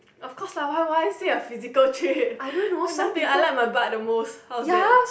of course lah why why say a physical trait nothing I like my butt the most how's that